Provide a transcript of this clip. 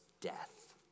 Death